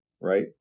right